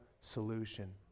solution